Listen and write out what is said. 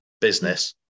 business